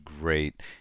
great